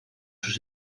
sus